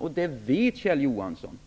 och det vet Kjell Johansson.